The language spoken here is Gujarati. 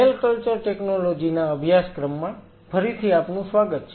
સેલ કલ્ચર ટેકનોલોજી ના અભ્યાસક્રમમાં ફરીથી આપનું સ્વાગત છે